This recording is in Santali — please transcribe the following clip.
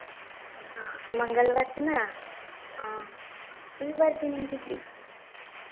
ᱢᱚᱝᱜᱚᱞ ᱵᱟᱨ ᱠᱟᱱᱟ ᱚ ᱥᱩᱱᱤ ᱵᱟᱨ ᱫᱤᱱ ᱦᱤᱡᱩᱜ